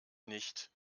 nicht